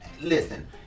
Listen